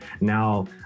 Now